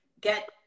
get